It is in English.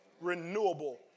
Renewable